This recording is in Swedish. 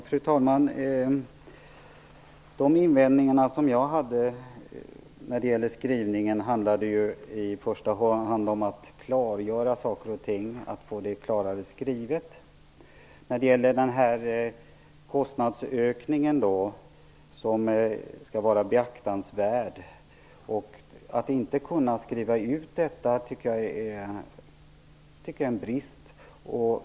Fru talman! De invändningar jag hade mot skrivningen handlade i första hand om att man borde klargöra saker och ting, få det klarare skrivet. Kostnadsökningen skall vara beaktansvärd. Att man inte kan skriva ut hur stor den skall vara är en brist, tycker jag.